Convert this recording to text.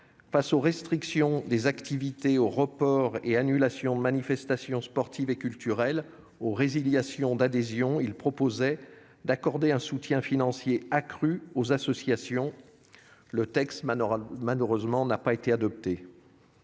face aux restrictions d'activités, aux reports ou aux annulations de manifestations sportives et culturelles, aux résiliations d'adhésion, il proposait d'accorder un soutien financier accru aux associations. Ce texte n'a malheureusement pas été adopté.